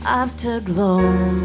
afterglow